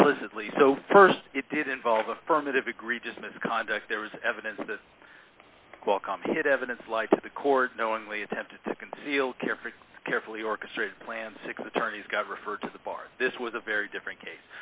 implicitly so st it did involve affirmative egregious misconduct there was evidence of the qualcomm hid evidence lied to the court knowingly attempted to conceal care for a carefully orchestrated plan six attorneys got referred to the bar this was a very different case